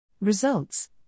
Results